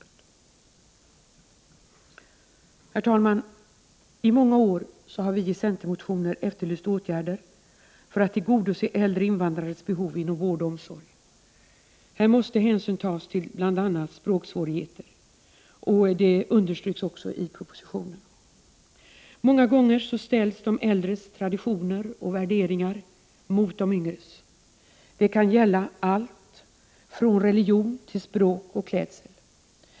27 Herr talman! I många år har vi i centermotioner efterlyst åtgärder för att tillgodose äldre invandrares behov inom vård och omsorg. Här måste hänsyn tas till bl.a. språksvårigheter, som också understryks i propositionen. Många gånger ställs de äldres traditioner och värderingar mot de yngres. Det kan gälla allt från religion till språk och klädsel.